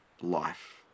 life